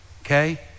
okay